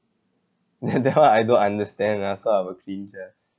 that that one I don't understand ah so I will cringe ah